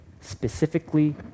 specifically